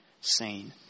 seen